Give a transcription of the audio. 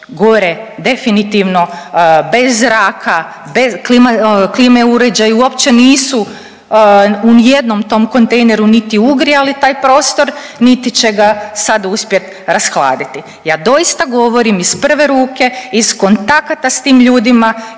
gore definitivno bez zraka, klima uređaji uopće nisu u nijednom tom kontejneru niti ugrijali taj prostor, niti će ga sad uspjet rashladiti. Ja doista govorim iz prve ruke i iz kontakata s tim ljudima